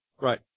Right